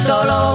Solo